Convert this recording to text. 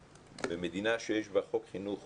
במדינה שיש בה חוק חינוך